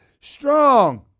Strong